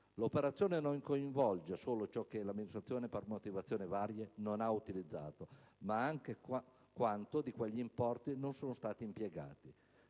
L'operazione non coinvolge solo ciò che l'amministrazione, per motivazioni varie, non ha utilizzato, ma anche quanto di quegli importi non è stato impiegato: